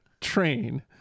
train